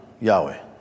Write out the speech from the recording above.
Yahweh